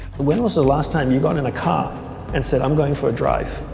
when was the last time you got in a car and said i'm going for a drive